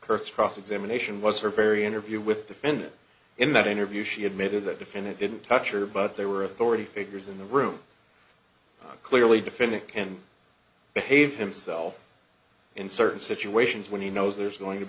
kurt's cross examination was her very interview with defendant in that interview she admitted that if and it didn't touch or but they were authority figures in the room clearly defendant can behave himself in certain situations when he knows there's going to